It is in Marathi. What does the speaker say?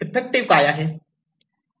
इफेक्टिव काय आहे